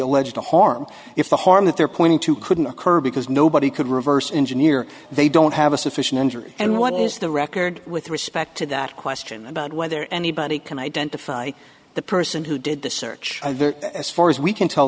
alleged the harm if the harm that they're pointing to couldn't occur because nobody could reverse engineer they don't have a sufficient injury and what is the record with respect to that question about whether anybody can identify the person who did the search as far as we can tell